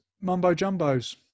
mumbo-jumbos